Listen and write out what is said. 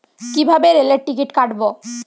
কিভাবে রেলের টিকিট কাটব?